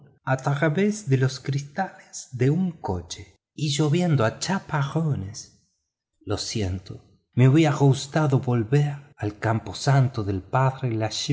a través de los cristales de un coche y lloviendo a chaparrones lo siento me hubiera gustado volver a ver el cementerio del pre lachaise y el